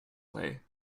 way